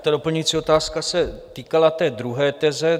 Ta doplňující otázka se týkala té druhé teze.